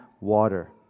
water